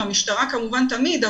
עם המשטרה כמובן תמיד,